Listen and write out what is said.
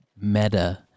meta